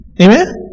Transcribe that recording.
Amen